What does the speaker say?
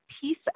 peace